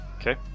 Okay